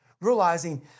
Realizing